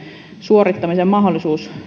suorittamisen mahdollisuus